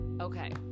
Okay